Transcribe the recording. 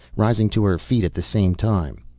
rising to her feet at the same time.